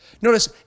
Notice